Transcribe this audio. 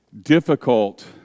difficult